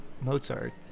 Mozart